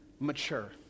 Mature